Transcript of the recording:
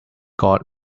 god